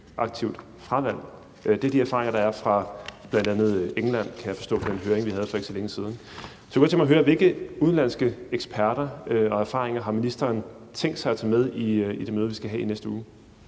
aktivt fravalg. Det er de erfaringer, der er fra bl.a. England, kan jeg forstå på den høring, vi havde for ikke så længe siden. Så jeg kunne godt tænke mig at høre, hvilke udenlandske eksperter og erfaringer ministeren har tænkt sig at tage med i det møde, vi skal have i næste uge.